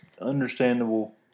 understandable